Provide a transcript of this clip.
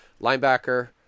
linebacker